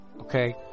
okay